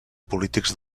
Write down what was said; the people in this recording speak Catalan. polítics